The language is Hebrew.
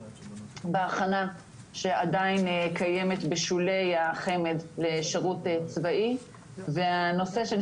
בהכנה שעדיין קיימת בשולי החמ"ד לשירות צבאי והנושא שאני